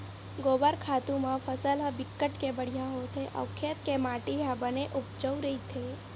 गोबर खातू म फसल ह बिकट के बड़िहा होथे अउ खेत के माटी ह बने उपजउ रहिथे